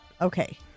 Okay